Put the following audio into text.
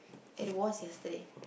it was yesterday